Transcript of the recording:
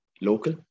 local